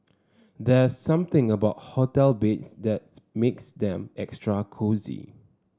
there something about hotel beds that makes them extra cosy